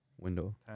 window